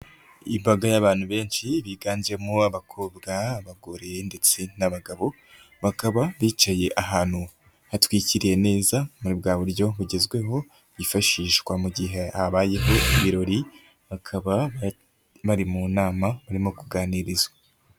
Imbaga y'abantu benshi biganjemo abakobwa, abagore ndetse n'abagabo, bakaba bicaye ahantu hatwikiriye neza muri bwa buryo bugezweho bwifashishwa mu gihe habayeho ibirori, bakaba bari mu nama barimo kuganirizwa.